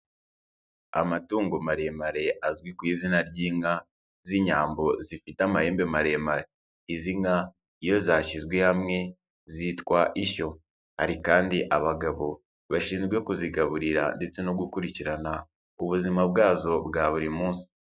Amatungo maremare azwi ku izina ry'inka z'inyambo zifite amahembe maremare, izi nka iyo zashyizwe hamwe zitwa ishyo. Hari kandi abagabo bashinzwe kuzigaburira ndetse no gukurikirana ubuzima bwazo bwa buri munsi.